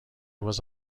was